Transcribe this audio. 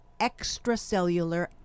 extracellular